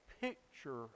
picture